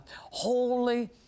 holy